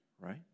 Right